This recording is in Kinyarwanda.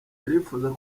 turifuza